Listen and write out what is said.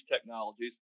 technologies